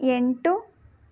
ಎಂಟು